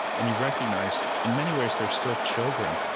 and you recognize, in many ways, they're still children,